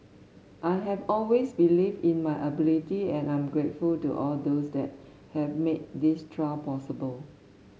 I have always believed in my ability and I am grateful to all those that have made this trial possible